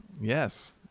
Yes